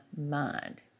mind